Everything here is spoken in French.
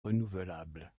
renouvelable